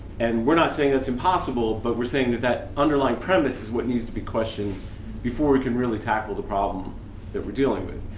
and we're not saying that's impossible but we're saying that that underlying premise is what needs to be questioned before we can really tackle the problem that we're dealing with.